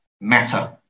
matter